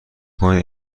کنید